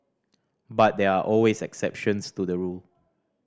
but there are always exceptions to the rule